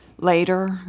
Later